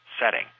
setting